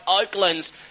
Oaklands